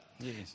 Yes